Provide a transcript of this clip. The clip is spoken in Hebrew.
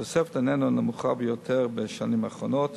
התוספת איננה הנמוכה ביותר בשנים האחרונות.